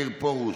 מאיר פרוש,